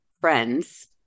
friends